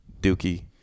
Dookie